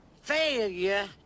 failure